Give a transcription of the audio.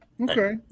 Okay